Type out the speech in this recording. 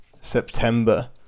September